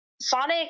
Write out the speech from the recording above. sonic